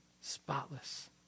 spotless